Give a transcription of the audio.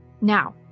Now